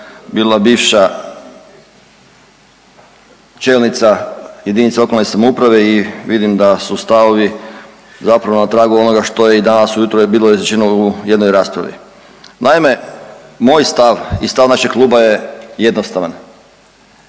bila bivša čelnica jedinice lokalne samouprave i vidim da su stavovi zapravo na tragu onoga što je i danas u jutro je bilo rečeno u jednoj raspravi. Naime, moj stav i stav našeg kluba je jednostavan.